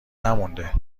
نمونده